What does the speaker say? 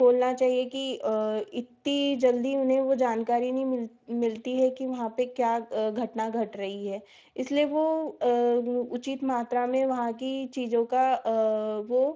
बोलना चाहिए कि इतनी जल्दी उन्हें वह जानकारी नहीं मिलती है कि वहाँ पर क्या घटना घट रही है इसलिए वह उचित मात्रा में वहाँ की चीज़ों का वह